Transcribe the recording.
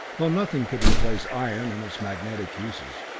though nothing could replace iron and its magnetic uses.